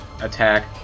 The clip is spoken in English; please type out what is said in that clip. attack